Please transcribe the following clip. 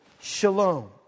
shalom